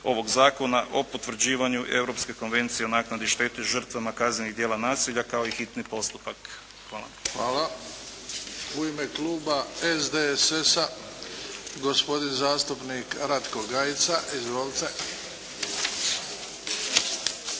ovog Zakona o potvrđivanju Europske konvencije o naknadi štete žrtvama kaznenih djela nasilja kao i hitni postupak. Hvala. **Bebić, Luka (HDZ)** Hvala. U ime Kluba SDSS-a gospodin zastupnik Ratko Gajica. Izvolite.